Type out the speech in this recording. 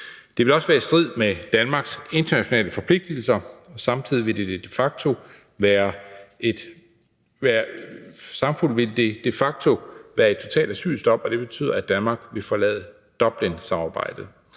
det vil også være i strid med Danmarks internationale forpligtelser. Samtidig vil det de facto være et totalt asylstop, og det betyder, at Danmark vil forlade Dublinsamarbejdet,